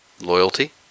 loyalty